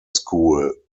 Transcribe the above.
school